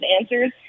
answers